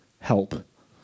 help